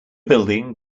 building